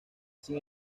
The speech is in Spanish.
sin